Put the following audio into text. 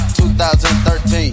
2013